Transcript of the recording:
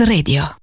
Radio